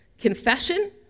Confession